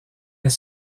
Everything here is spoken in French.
est